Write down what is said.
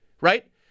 right